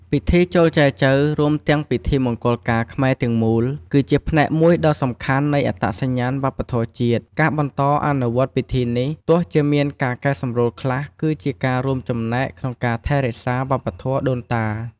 ពិធីចូលចែចូវ រួមទាំងពិធីមង្គលការខ្មែរទាំងមូល គឺជាផ្នែកមួយដ៏សំខាន់នៃអត្តសញ្ញាណវប្បធម៌ជាតិ ការបន្តអនុវត្តពិធីនេះ ទោះជាមានការកែសម្រួលខ្លះ គឺជាការរួមចំណែកក្នុងការថែរក្សាវប្បធម៌ដូនតា។